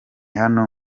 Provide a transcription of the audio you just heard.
hano